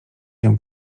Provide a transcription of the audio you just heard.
się